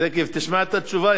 תיכף תשמע את התשובה,